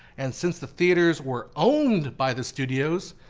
and since the theaters were owned by the studios,